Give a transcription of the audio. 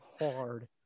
hard